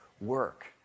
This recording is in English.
work